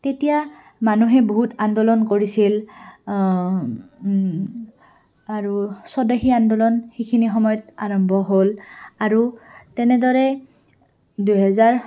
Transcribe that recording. তেতিয়া মানুহে বহুত আন্দোলন কৰিছিল আৰু স্বদেশী আন্দোলন সেইখিনি সময়ত আৰম্ভ হ'ল আৰু তেনেদৰে দুহেজাৰ